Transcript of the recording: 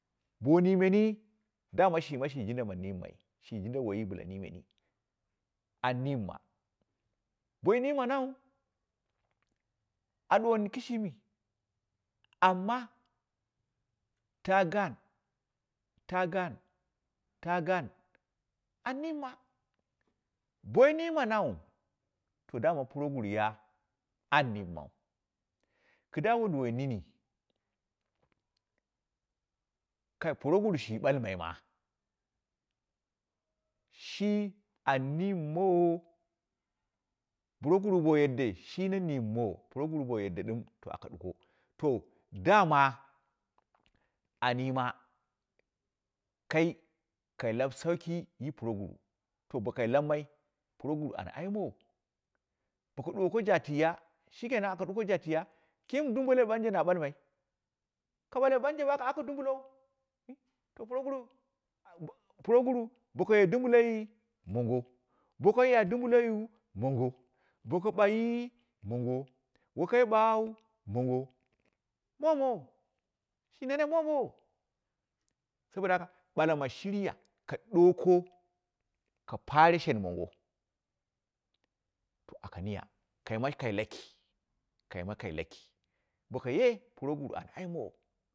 Bo mmeni dawa shima shi jindu ma nimma, shi jinduu waiyi bɨla nime mi, an nimma, bo wai nimanau, a duwan kɨshimi, amma taa gaak, taa gaan, taa gaan an mimma, bo wai mimamau to dama progurur ya n mimmau, kɨda wunduwai nini ka kara proguru shi balmai ma shi an nimmawo, proguru bo yadde shi au nimmaw, proguru bo yadde dim aka duko, to gama an yima kai ka lab sauki yi proguru to bokai lammai, proguru an aimowo boko duwako jatiiya, shikena aka duko jatiiya kiim dumbulam manje na balmai, ka bale ɓanje aka dumbulou, eh to proguru au a proguru bokaye dumbuloi mongo, bokaya dumbulou mongo, boka baghi mongo wakai baghau mongo, momowo, shi nene momowo, sabida haka bulama shiriya, ka duwako ka pare shan mango to aka niya kaima ka laki, kaima kai laki, bukaye an aimowo.